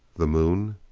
the moon?